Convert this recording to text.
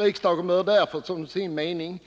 Riksdagen bör därför som sin mening